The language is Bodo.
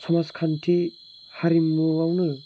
समाजखान्थि हारिमुआवनो